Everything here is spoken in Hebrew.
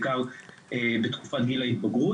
בעיקר בתקופת גיל ההתבגרות.